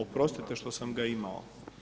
Oprostite što sam ga imao.